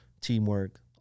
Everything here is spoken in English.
teamwork